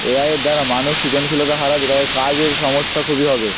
এআইয়ের দ্বারা মানুষ সৃজনশীলতা হারাবে তাদের কাজের সমস্যা খুবই হবে